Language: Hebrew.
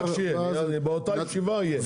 נדאג שהוא יהיה, באותה ישיבה הוא יהיה.